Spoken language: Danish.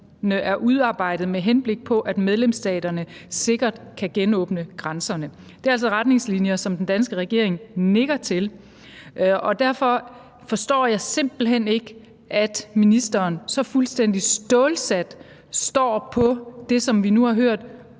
er udarbejdet, med henblik på at medlemsstaterne sikkert kan genåbne grænserne. Det er altså retningslinjer, som den danske regering nikker til. Derfor forstår jeg simpelt hen ikke, at ministeren så fuldstændig stålsat står på det, som vi nu har hørt